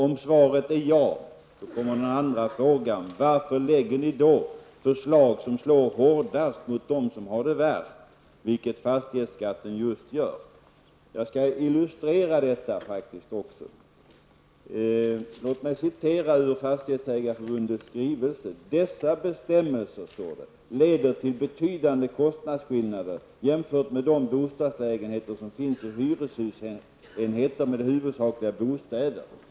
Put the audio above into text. Om svaret är ja, kommer den andra frågan: Varför lägger ni då förslag som slår hårdast mot dem som har det värst, vilket fastighetsskatten gör? Jag skall illustrera detta. Låt mig läsa ur Fastighetsägareförbundets skrivelse: Dessa bestämmelser leder till betydande kostnadsskillnader jämfört med de bostadslägenheter som finns i hyreshusenheter med huvudsakligen bostäder.